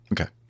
Okay